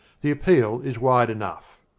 the appeal is wide enough.